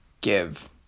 give